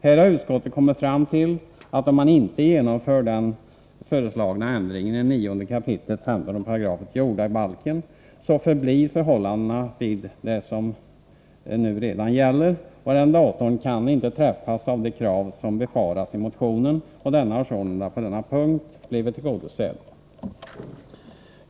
Här har utskottet kommit fram till, att om man inte genomför den föreslagna ändringen i 9 kap. 15 § jordabalken förblir förhållandena vid det som redan nu gäller, och arrendatorn kan inte träffas av de krav som befaras i motionen, vilken sålunda på denna punkt har blivit tillgodosedd.